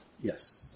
Yes